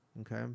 Okay